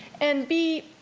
and b,